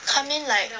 come in like